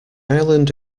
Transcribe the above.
island